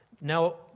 Now